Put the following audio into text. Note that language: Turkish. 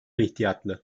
ihtiyatlı